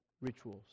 rituals